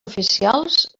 oficials